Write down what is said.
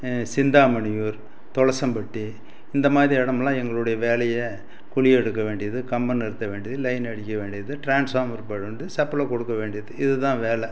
சிந்தாமணியூர் தொளசம்பட்டி இந்தமாதிரி இடம் எல்லாம் எங்களுடைய வேலை குழி எடுக்க வேண்டியது கம்பம் நிறுத்த வேண்டியது லைன் அடிக்க வேண்டியது ட்ரான்ஸ்ஃபார்மர் போட வேண்டியது சப்ளை கொடுக்க வேண்டியது இது தான் வேலை